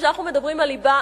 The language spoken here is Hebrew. כשאנחנו מדברים על ליבה,